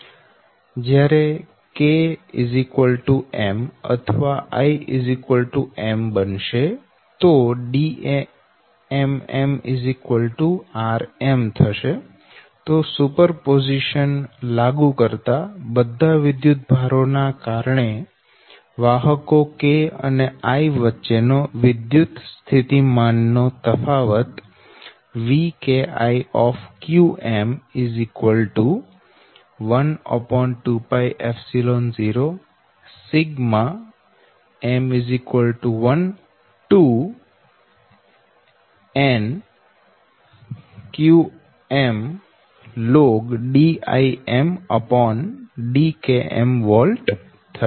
જ્યારે k m અથવા i m બનશે તો Dmm rm થશે તો સુપરપોઝીશન લાગુ કરતા બધા વિદ્યુતભારો ના કારણે વાહકો k અને i વચ્ચે નો વિદ્યુત સ્થિતિમાન નો તફાવત Vki 120 m1Nqm lnDimDkmવોલ્ટ થશે